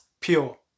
pure